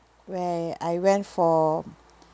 where I went for